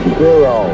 zero